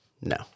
no